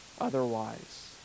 otherwise